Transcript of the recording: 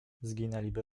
zginęliby